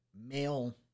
male